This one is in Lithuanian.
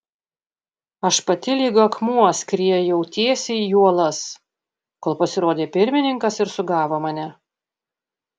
aš pati lyg akmuo skriejau tiesiai į uolas kol pasirodė pirmininkas ir sugavo mane